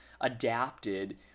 adapted